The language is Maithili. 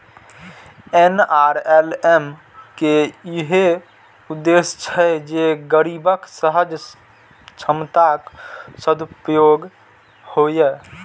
एन.आर.एल.एम के इहो उद्देश्य छै जे गरीबक सहज क्षमताक सदुपयोग हुअय